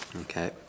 Okay